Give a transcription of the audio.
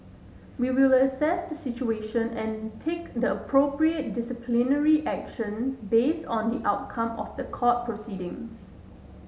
we will assess the situation and take the appropriate disciplinary action based on the outcome of the court proceedings